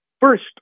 First